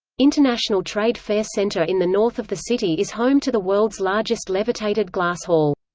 international trade fair centre in the north of the city is home to the world's largest levitated glass hall.